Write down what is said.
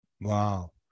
Wow